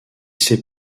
ses